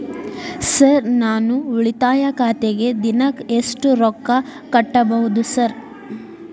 Sir ನಾನು ಉಳಿತಾಯ ಖಾತೆಗೆ ದಿನಕ್ಕ ಎಷ್ಟು ರೊಕ್ಕಾ ಕಟ್ಟುಬಹುದು ಸರ್?